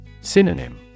Synonym